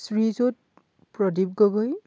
Srijut Pradip Gogoi